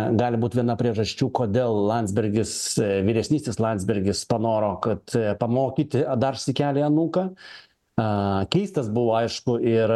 gali būt viena priežasčių kodėl landsbergis vyresnysis landsbergis panoro kad pamokyti dar sykelį anūką keistas buvo aišku ir